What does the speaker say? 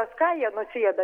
pas ką jie nusėda